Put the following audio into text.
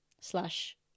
slash